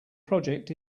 project